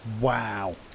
wow